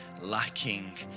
lacking